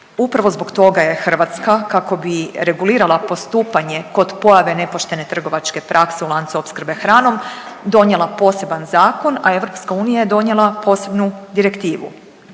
Upravo zbog toga je Hrvatska kako bi regulirala postupanje kod pojave nepoštene trgovačke prakse u lancu opskrbe hranom donijela poseban zakon, a EU je donijela posebnu direktivu.